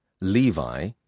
Levi